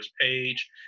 page